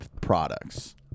products